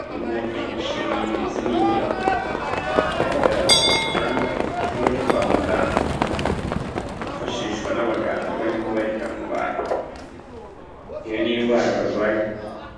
Harimo imashini ndetse n'intebe. Bigaragara ko ari icyumba cyo kwa muganga. Cyifashishwa n'abaganga barimo barita ku bantu. Bitewe n'indwara barwaye.